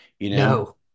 No